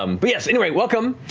um but yes, anyway, welcome.